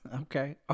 Okay